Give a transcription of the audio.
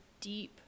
deep